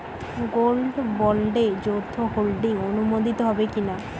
Gold বন্ডে যৌথ holding অনুমোদিত হবে কিনা?